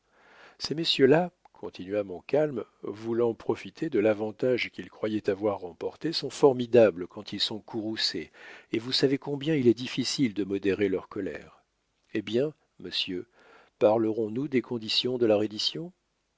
ces messieurs-là continua montcalm voulant profiter de l'avantage qu'il croyait avoir remporté sont formidables quand ils sont courroucés et vous savez combien il est difficile de modérer leur colère eh bien monsieur parlerons nous des conditions de la reddition